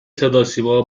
صداسیما